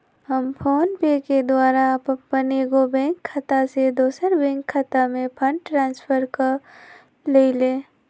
हम फोनपे के द्वारा अप्पन एगो बैंक खता से दोसर बैंक खता में फंड ट्रांसफर क लेइले